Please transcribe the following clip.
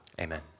Amen